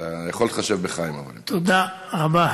אתה יכול להתחשב בחיים, תודה רבה.